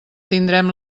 tindrem